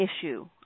issue